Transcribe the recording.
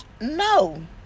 No